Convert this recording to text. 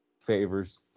favors